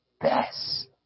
best